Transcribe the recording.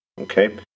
Okay